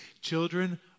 Children